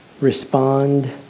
respond